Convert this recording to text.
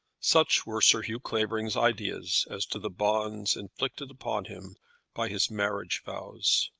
such were sir hugh clavering's ideas as to the bonds inflicted upon him by his marriage vows.